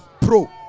Pro